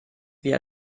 wie